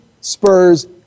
Spurs